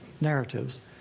narratives